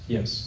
Yes